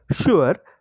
Sure